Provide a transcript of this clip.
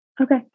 Okay